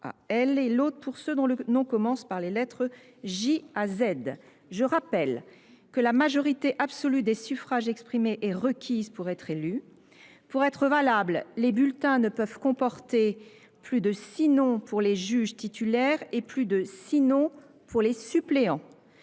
Je rappelle que la majorité absolue des suffrages exprimés est requise pour être élu. Pour être valables, les bulletins ne peuvent comporter plus de six noms pour les juges titulaires et plus de six noms pour les suppléants.